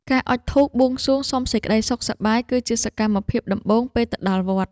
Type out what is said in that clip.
ការអុជធូបបួងសួងសុំសេចក្តីសុខសប្បាយ គឺជាសកម្មភាពដំបូងពេលទៅដល់វត្ត។